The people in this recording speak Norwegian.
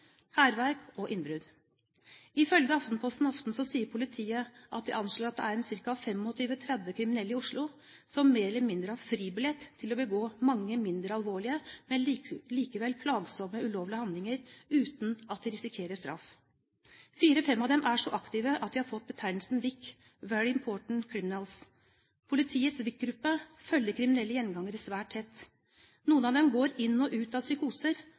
hærverk og innbrudd. Ifølge Aftenpostens Aften sier politiet at de anslår at det er 25–30 kriminelle i Oslo som mer eller mindre har «fribillett» til å begå mange mindre alvorlige, men likevel plagsomme ulovlige handlinger uten at de risikerer straff. Fire–fem av dem er så aktive at de har fått betegnelsen VIC, Very Important Criminals. Politiets VIC-gruppe følger kriminelle gjengangere svært tett. Noen av dem går inn og ut av psykoser.